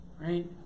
right